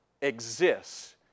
exists